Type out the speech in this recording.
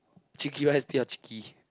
chicky rice 不要 chicky